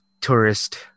tourist